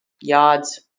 yards